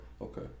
Okay